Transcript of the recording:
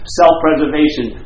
self-preservation